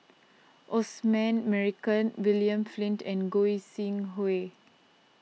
Osman Merican William Flint and Goi Seng Hui